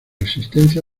existencia